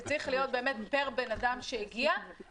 זה צריך להיות פר אדם שהגיע לארוחת הטעימות,